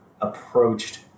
approached